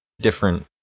different